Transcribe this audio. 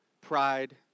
pride